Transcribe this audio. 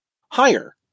higher